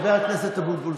חבר הכנסת אבוטבול,